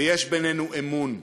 ויש בינינו אמון,